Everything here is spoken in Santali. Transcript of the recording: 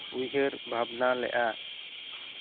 ᱩᱭᱦᱟᱹᱨ ᱵᱷᱟᱵᱱᱟ ᱞᱮᱫᱼᱟ